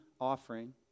Offering